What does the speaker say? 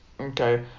Okay